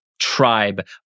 tribe